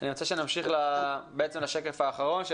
אני רוצה שנמשיך לשקף האחרון,